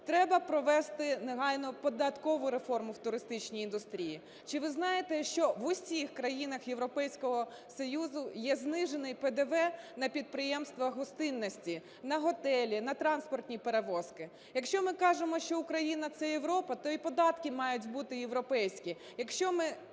Треба провести негайно податкову реформу в туристичній індустрії. Чи ви знаєте, що в усіх країнах Європейського Союзу є знижений ПДВ на підприємства гостинності: на готелі, на транспортні перевозки. Якщо ми кажемо, що Україна – це Європа, то і податки мають бути європейські.